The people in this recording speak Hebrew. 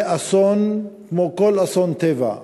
זה אסון כמו כל אסון טבע: